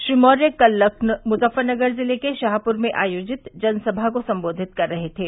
श्री मौर्य कल मुज़फ्फ़्रनगर जिले के शाहपुर में आयोजित जनसभा को संबोधित कर रहे थे